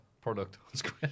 product